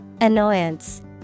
Annoyance